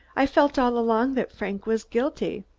i felt all along that frank was guilty.